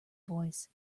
voice